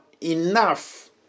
enough